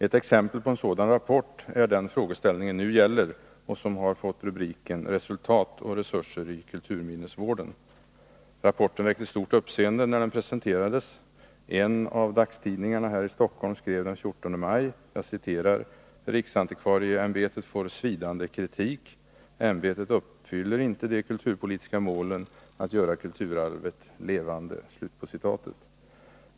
Ett exempel på en sådan rapport är den som frågeställningen nu gäller och som fått rubriken Resultat och resurser i kulturminnesvården. Rapporten väckte stort uppseende när den presenterades. En av dagstidningarna i Stockholm skrev den 14 maj: Riksantikvarieämbetet får svidande kritik. Ämbetet uppfyller inte de kulturpolitiska målen att göra kulturarbetet levande.